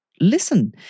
listen